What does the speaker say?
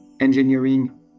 engineering